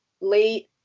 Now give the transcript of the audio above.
late